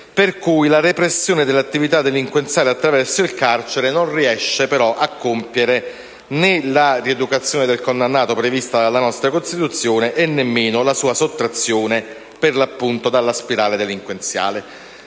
la repressione dell'attività delinquenziale attraverso il carcere non riesce a compiere né la rieducazione del condannato, prevista della nostra Costituzione, e nemmeno la sua sottrazione, per l'appunto, dalla spirale delinquenziale.